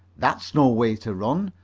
that's no way to run,